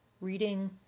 reading